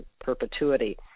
perpetuity